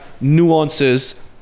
nuances